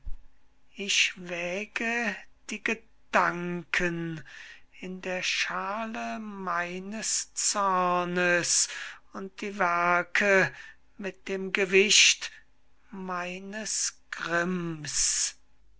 ich wäge die gedanken in der schaale meines zornes und die werke mit dem gewicht meines grimms